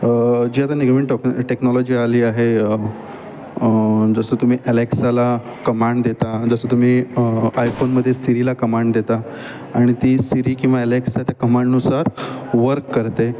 जी आता नवीन टोक टेक्नॉलॉजी आली आहे जसं तुम्ही ॲलेक्साला कमांड देता जसं तुम्ही आयफोनमदे सिरीला कमांड देता आणि ती सिरी किंवा ॲलेक्स त्या कमांडनुसार वर्क करते